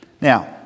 Now